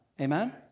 amen